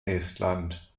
estland